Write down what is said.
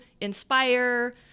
inspire